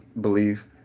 believe